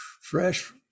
fresh